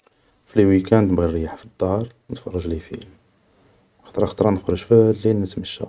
فلي ويكاند نبغي نريح في الدار نتفرج لي فيلم, خطرا خطرا نخرج في الليل نتمشا